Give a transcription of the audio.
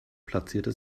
platzierte